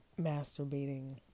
masturbating